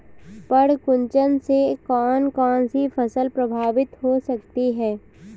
पर्ण कुंचन से कौन कौन सी फसल प्रभावित हो सकती है?